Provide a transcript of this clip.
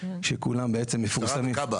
שבעצם כולם מפורסמים.